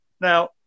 Now